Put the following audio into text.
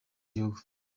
gihugu